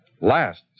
lasts